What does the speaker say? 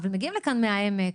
אבל מגיעים לכאן מהעמק,